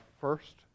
first